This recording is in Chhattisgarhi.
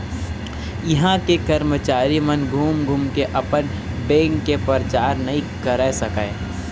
इहां के करमचारी मन घूम घूम के अपन बेंक के परचार नइ कर सकय